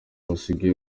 basigaye